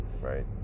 Right